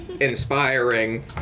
inspiring